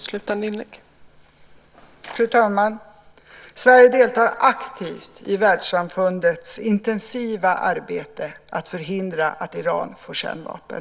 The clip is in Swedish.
Fru talman! Sverige deltar aktivt i världssamfundets intensiva arbete med att förhindra att Iran får kärnvapen.